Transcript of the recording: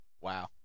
Wow